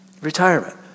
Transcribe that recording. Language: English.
Retirement